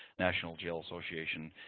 national jail association,